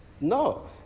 No